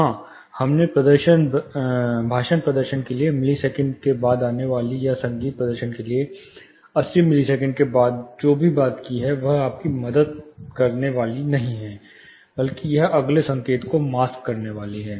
हां हमने भाषण प्रदर्शन के लिए मिलीसेकंड के बाद आने वाले या संगीत प्रदर्शन के लिए 80 मिलीसेकंड के बाद जो भी बात की है वह आपकी मदद करने वाली नहीं है बल्कि यह अगले संकेत को मास्क करने वाला है